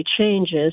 changes